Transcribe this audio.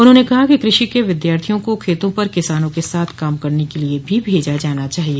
उन्होंने कहा कि कृषि के विद्यार्थियों को खेतों पर किसानों के साथ काम करने के लिए भी भेजा जाना चाहिए